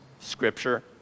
Scripture